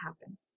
happen